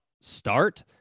start